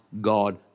God